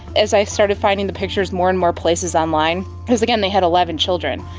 as i started finding the pictures more and more places online, because again, they had eleven children,